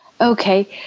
Okay